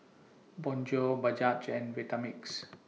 Bonjour Bajaj and Vitamix